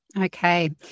okay